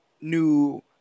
new